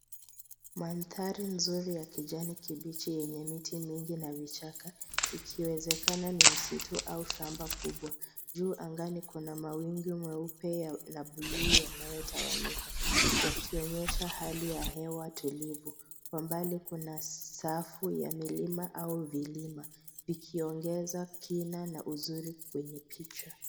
Mandhari nzuri ya kijani kibichi yenye miti mingi na vichaka ikiwezekana ni msitu au shamba kubwa. Juu angani kuna mawingu meupe na buluu yanayotawanyika yakionyesha hali ya hewa tulivu. Kwa mbali kuna safu ya milima ua vilima vikiongeza kina na uzuri kwenye picha.